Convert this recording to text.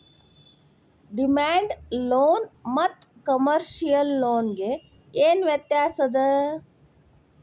Demand loan ಮತ್ತ commercial loan ಗೆ ಏನ್ ವ್ಯತ್ಯಾಸದ?